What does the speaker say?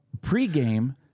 pregame